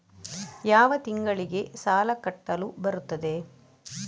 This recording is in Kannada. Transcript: ಯಾವ ತಿಂಗಳಿಗೆ ಸಾಲ ಕಟ್ಟಲು ಬರುತ್ತದೆ?